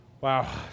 Wow